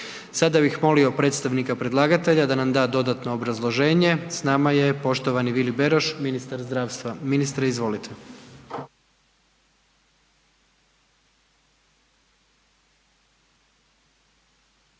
Sada bih molio predstavnika predlagatelja da nam da dodatno obrazloženje s nama je poštovani Vili Beroš, ministar zdravstva. Ministre izvolite.